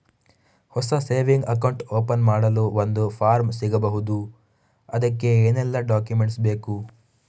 ಹೊಸ saving account open ಮಾಡಲು ಒಂದು ಫಾರ್ಮ್ ಸಿಗಬಹುದು? ಅದಕ್ಕೆ ಏನೆಲ್ಲಾ ಡಾಕ್ಯುಮೆಂಟ್ಸ್ ಬೇಕು?